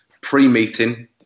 pre-meeting